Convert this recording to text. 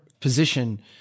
Position